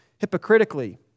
hypocritically